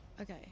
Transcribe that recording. Okay